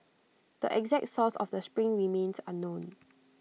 the exact source of the spring remains unknown